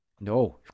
No